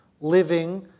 living